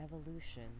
evolution